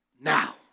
now